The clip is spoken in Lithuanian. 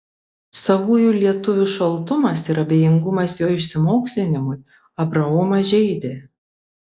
savųjų lietuvių šaltumas ir abejingumas jo išsimokslinimui abraomą žeidė